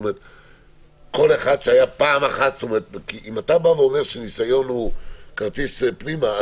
אם אתה אומר שהניסיון הוא כרטיס פנימה,